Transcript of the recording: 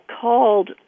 called